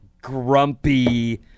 Grumpy